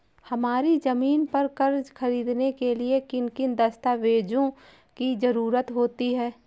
हमारी ज़मीन पर कर्ज ख़रीदने के लिए किन किन दस्तावेजों की जरूरत होती है?